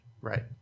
Right